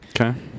Okay